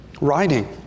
writing